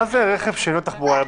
מה זה רכב שאינו תחבורה יבשתית?